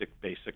basic